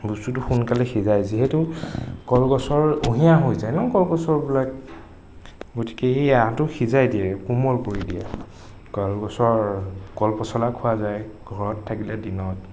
বস্তুটো সোনকালে সিজাই যিহেতু কলগছৰ অঁহিয়া হৈ যায় ন কলগছৰ পৰা গতিকে সেই আঁহটো সিজাই দিয়ে কোমল কৰি দিয়ে কলগছৰ কলপছলা খোৱা যায় ঘৰত থাকিলে দিনত